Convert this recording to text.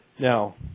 Now